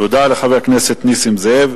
תודה לחבר הכנסת נסים זאב.